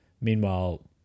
Meanwhile